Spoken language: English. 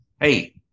hey